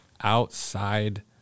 outside